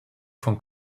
von